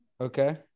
Okay